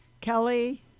Kelly